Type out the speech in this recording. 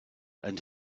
and